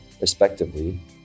respectively